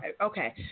Okay